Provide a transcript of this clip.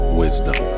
wisdom